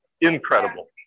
incredible